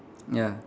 ya